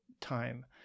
time